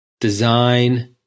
design